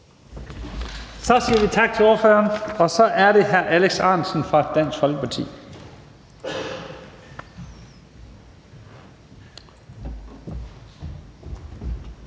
Vi siger tak til ordføreren. Så er det hr. Alex Ahrendtsen fra Dansk Folkeparti.